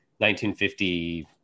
1950